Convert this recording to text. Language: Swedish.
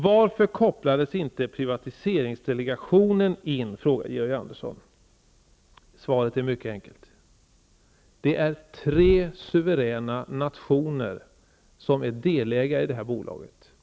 Varför kopplades inte privatiseringsdelegationen in? frågar Georg Andersson. Svaret är mycket enkelt. Det är tre suveräna nationer som är delägare i bolaget.